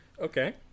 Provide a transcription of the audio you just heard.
Okay